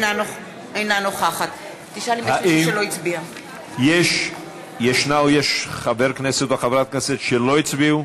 אינה נוכחת האם יש חבר כנסת או חברת כנסת שלא הצביעו?